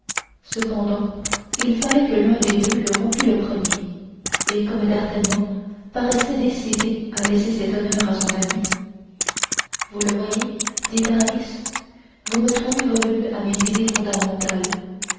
cependant il fallait que l'un des deux le rompît le premier et comme d'artagnan paraissait décidé à laisser cet honneur à son ami vous le voyez dit aramis vous me trouvez revenu à mes idées fondamentales